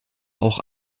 auch